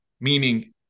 meaning